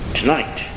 tonight